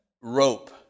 rope